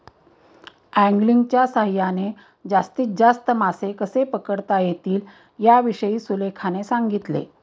अँगलिंगच्या सहाय्याने जास्तीत जास्त मासे कसे पकडता येतील याविषयी सुलेखाने सांगितले